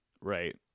right